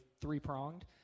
three-pronged